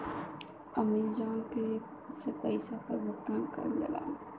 Amazon Pay से पइसा क भुगतान किहल जाला